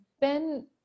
Ben